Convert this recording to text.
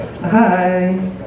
Hi